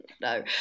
No